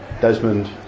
Desmond